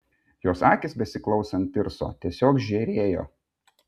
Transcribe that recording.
jos akys besiklausant pirso tiesiog žėrėjo